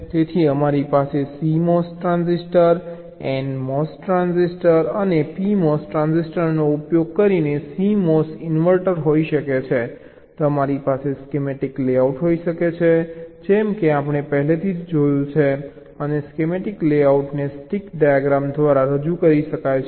તેથી અમારી પાસે CMOS ટ્રાન્ઝિસ્ટર nMOS અને pMOS ટ્રાન્ઝિસ્ટરનો ઉપયોગ કરીને COMS ઇન્વર્ટર હોઈ શકે છે તમારી પાસે સ્કેમેટિક લેઆઉટ હોઈ શકે છે જેમ કે આપણે પહેલેથી જ જોયું છે અને સ્કેમેટિક લેઆઉટને સ્ટીક ડાયાગ્રામ દ્વારા પણ રજૂ કરી શકાય છે